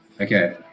Okay